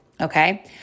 okay